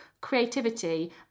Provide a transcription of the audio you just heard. Creativity